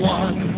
one